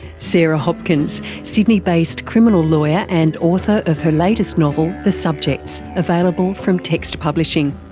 sarah hopkins, sydney based criminal lawyer and author of her latest novel the subjects, available from text publishing.